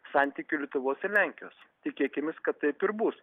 santykių lietuvos ir lenkijos tikėkimės kad taip ir bus